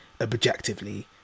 objectively